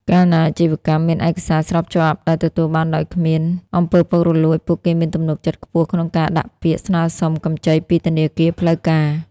កាលណាអាជីវកម្មមានឯកសារស្របច្បាប់ដែលទទួលបានដោយគ្មាន អំពើពុករលួយ ពួកគេមានទំនុកចិត្តខ្ពស់ក្នុងការដាក់ពាក្យស្នើសុំកម្ចីពីធនាគារផ្លូវការ។